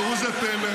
זה בסדר,